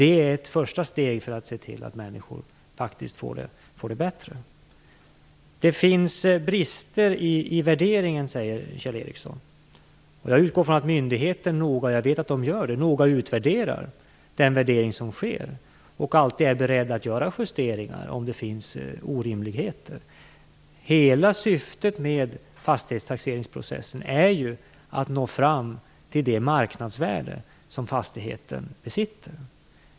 Det är ett första steg för att se till att människor får det bättre. Det finns brister i värderingen, säger Kjell Ericsson. Jag utgår från att myndigheten noga utvärderar - jag vet att man gör det - den värdering som sker och alltid är beredd att göra justeringar om det finns orimligheter. Hela syftet med fastighetstaxeringsprocessen är ju att nå fram till det marknadsvärde som fastigheten besitter.